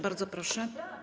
Bardzo proszę.